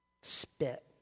Spit